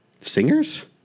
singers